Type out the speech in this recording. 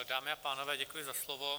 Dámy a pánové, děkuji za slovo.